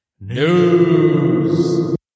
News